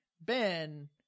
Ben